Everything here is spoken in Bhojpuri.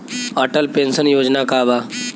अटल पेंशन योजना का बा?